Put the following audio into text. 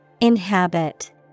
Inhabit